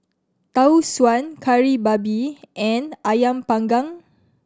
Tau Suan Kari Babi and Ayam Panggang